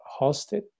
hosted